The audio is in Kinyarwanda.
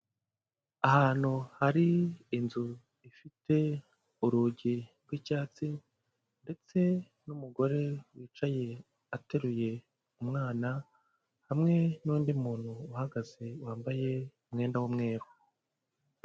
Ahantu hari inzu ifite urugi rw'icyatsi ndetse n'umugore wicaye ateruye umwana, hamwe n'undi muntu uhagaze wambaye umwenda w'umweru.